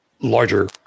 larger